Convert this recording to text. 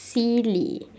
silly